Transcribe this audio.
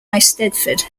eisteddfod